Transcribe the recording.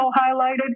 highlighted